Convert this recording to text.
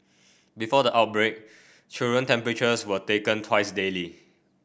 before the outbreak children temperatures were taken twice daily